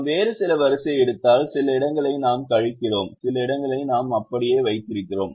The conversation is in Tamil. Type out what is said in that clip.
நாம் வேறு சில வரிசையை எடுத்தால் சில இடங்களை நாம் கழிக்கிறோம் சில இடங்களை நாம் அப்படியே வைத்திருக்கிறோம்